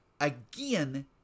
again